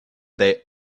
they